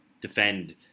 defend